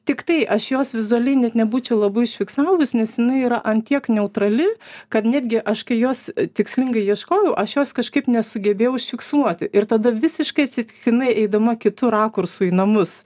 tiktai aš jos vizualiai net nebūčiau labai užfiksavus nes jinai yra ant tiek neutrali kad netgi aš kai jos tikslingai ieškojau aš jos kažkaip nesugebėjau užfiksuoti ir tada visiškai atsitiktinai eidama kitu rakursu į namus